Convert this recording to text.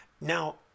Now